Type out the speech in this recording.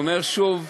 אותך?